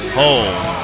home